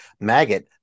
maggot